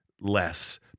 less